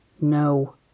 no